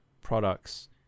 products